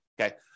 okay